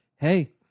Hey